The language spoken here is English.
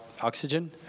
oxygen